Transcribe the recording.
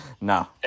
no